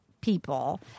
people